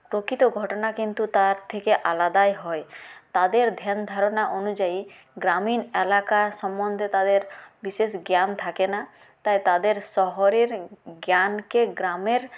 প্রকৃত ঘটনা কিন্তু তার থেকে আলাদাই হয় তাদের ধ্যান ধারণা অনুযায়ী গ্রামীণ এলাকা সম্বন্ধে তাদের বিশেষ জ্ঞান থাকে না তাই তাদের শহরের জ্ঞানকে গ্রামের